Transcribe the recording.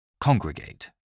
Congregate